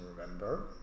remember